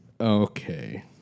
Okay